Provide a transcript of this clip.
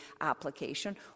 application